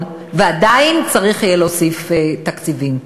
ועדיין צריך יהיה להוסיף תקציבים.